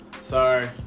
Sorry